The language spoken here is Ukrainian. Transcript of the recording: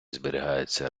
зберігаються